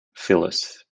phyllis